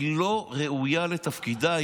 היא לא ראויה לתפקידה.